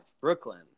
Brooklyn